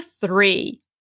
three